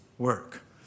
work